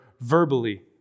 verbally